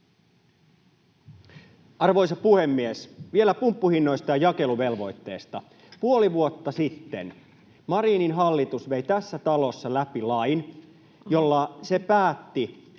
Arvoisa puhemies! Vielä pumppuhinnoista ja jakeluvelvoitteesta: Puoli vuotta sitten Marinin hallitus vei tässä talossa läpi keskustaministerin